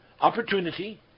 opportunity